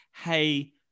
hey